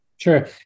Sure